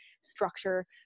structure